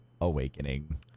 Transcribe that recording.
awakening